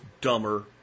dumber